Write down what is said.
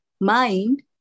mind